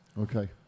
Okay